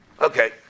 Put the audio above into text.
Okay